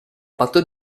patto